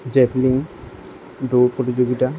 জেবলিং দৌৰ প্ৰতিযোগিতা